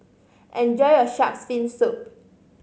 enjoy your Shark's Fin Soup